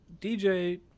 DJ